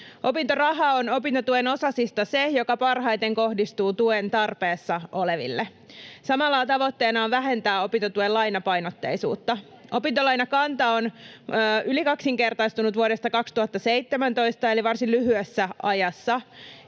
Opintoraha on opintotuen osasista se, joka parhaiten kohdistuu tuen tarpeessa oleville. Samalla tavoitteena on vähentää opintotuen lainapainotteisuutta. Opintolainakanta on yli kaksinkertaistunut vuodesta 2017 eli varsin lyhyessä ajassa.